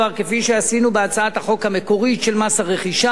כפי שעשינו בהצעת החוק המקורית של מס הרכישה,